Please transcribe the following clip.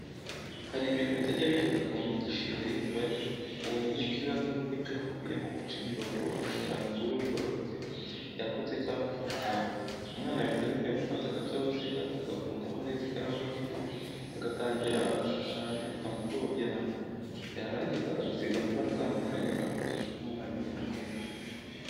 Hari ibintu bitajya bihinduka mu myigishirize y'imibare, ubumenyi bw'ibanze muri byo hakubiyemo guca imirongo, gushushanya inguni igororotse, yagutse cyangwa ifunganye, umwana ahita amenya gufata agacaruziga agafungaho neza ikaramu y'igiti, agatangira agashushanya bitamugoye na mba, yarangiza agasiga amabara atandukanye akurikije uko mwarimu yabimweretse.